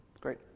Great